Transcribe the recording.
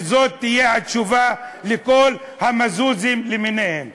וזאת תהיה התשובה לכל המזוזים למיניהם.